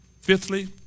fifthly